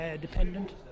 dependent